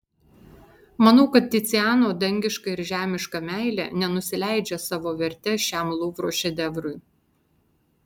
manau kad ticiano dangiška ir žemiška meilė nenusileidžia savo verte šiam luvro šedevrui